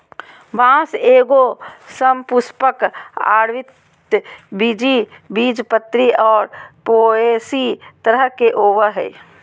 बाँस एगो सपुष्पक, आवृतबीजी, बीजपत्री और पोएसी तरह के होबो हइ